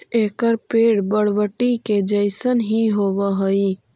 एकर पेड़ बरबटी के जईसन हीं होब हई